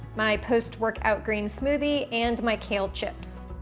my post workout green smoothie and my kale chips.